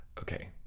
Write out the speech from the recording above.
Okay